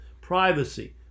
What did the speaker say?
privacy